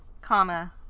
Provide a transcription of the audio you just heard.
comma